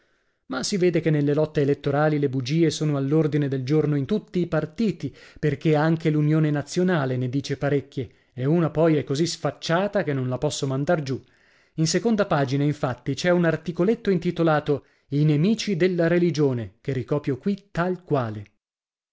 ma si vede che nelle lotte elettorali le bugie sono all'ordine del giorno in tutti i partiti perché anche lunione nazionale ne dice parecchie e una poi è così sfacciata che non la posso mandar giù in seconda pagina infatti c'è un articoletto intitolato i nemici della religione che ricopio qui tal quale